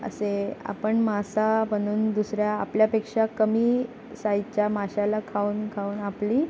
असे आपण मासा बनून दुसऱ्या आपल्यापेक्षा कमी साईजच्या माशाला खाऊन खाऊन आपली